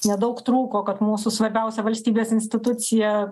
nedaug trūko kad mūsų svarbiausia valstybės institucija